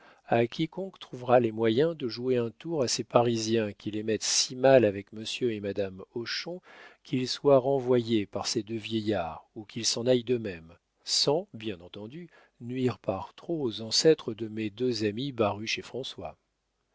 à quiconque trouvera les moyens de jouer un tour à ces parisiens qui les mette si mal avec monsieur et madame hochon qu'ils soient renvoyés par ces deux vieillards ou qu'ils s'en aillent d'eux-mêmes sans bien entendu nuire par trop aux ancêtres de mes deux amis baruch et françois